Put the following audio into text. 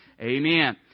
Amen